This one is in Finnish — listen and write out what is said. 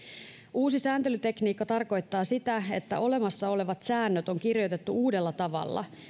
uusi sääntelytekniikka tarkoittaa sitä että olemassa olevat säännöt on kirjoitettu uudella tavalla